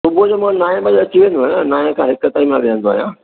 सुबुह जो मां नाए बजे अची वेंदो आहियां नाए खां हिकु ताईं मां विहंदो आहियां